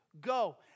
go